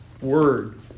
word